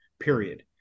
period